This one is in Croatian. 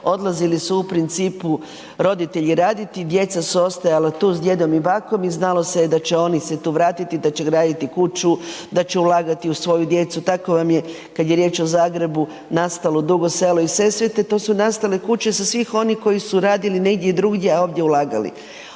odlazili su u principu roditelji raditi, djeca su ostajala tu s djedom i bakom i znalo se da će oni se tu vratiti i da će graditi kuću, da će ulagati u svoju djecu. Tako vam je kada je riječ o Zagrebu nastalo Dugo Selo i Sesvete, tu su nastale kuće svih onih koji su radili negdje drugdje, a ovdje ulagali.